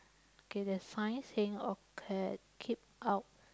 okay there's five thing occured keep out